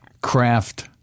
craft